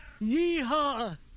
Yeehaw